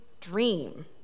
Dream